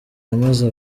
yamaze